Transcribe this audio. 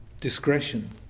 discretion